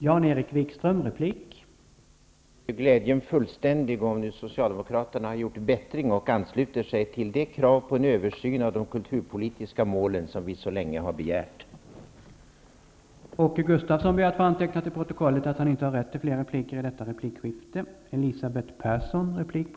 Herr talman! Glädjen är fullständig om Socialdemokraterna nu har gjort bättring och således ansluter sig till våra krav på en översyn av de kulturpolitiska målen. En sådan har vi mycket länge begärt att få.